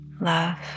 love